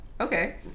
okay